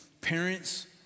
parents